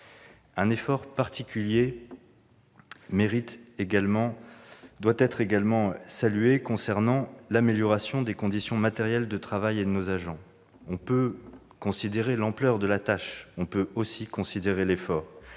Un effort particulier doit être également salué. Il concerne l'amélioration des conditions matérielles de travail de nos agents. On peut considérer l'ampleur de la tâche ; on peut aussi considérer l'effort.